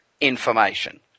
information